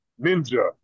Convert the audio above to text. ninja